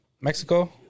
Mexico